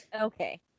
okay